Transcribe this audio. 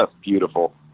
beautiful